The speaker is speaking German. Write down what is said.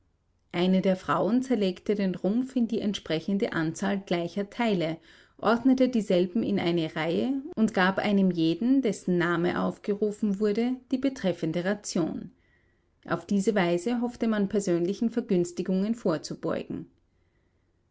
eine der frauen zerlegte den rumpf in die entsprechende anzahl gleicher teile ordnete dieselben in eine reihe und gab einem jeden dessen name aufgerufen wurde die betreffende ration auf diese weise hoffte man persönlichen vergünstigungen vorzubeugen